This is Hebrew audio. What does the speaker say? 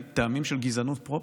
טעמים של גזענות פרופר,